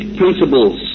principles